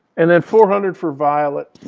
and and four hundred for violet.